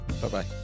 Bye-bye